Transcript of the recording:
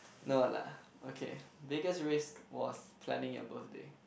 no lah okay biggest risk was planning your birthday